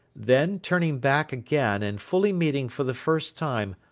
then, turning back again, and fully meeting, for the first time,